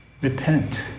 Repent